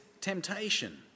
temptation